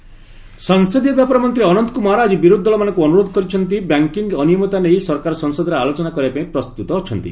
ଅନନ୍ତ କଂଗ୍ରେସ ସଂସଦୀୟ ବ୍ୟାପାର ମନ୍ତ୍ରୀ ଅନନ୍ତ କ୍ରମାର ଆଜି ବିରୋଧ ଦଳମାନଙ୍କ ଅନ୍ତରୋଧ କରିଛନ୍ତି ବ୍ୟାଙ୍କିଙ୍ଗ୍ ଅନିୟମିତତା ନେଇ ସରକାର ସଂସଦରେ ଆଲୋଚନା କରିବାପାଇଁ ପ୍ରସ୍ତୁତ ଅଛନ୍ତି